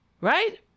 Right